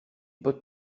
potes